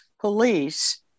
police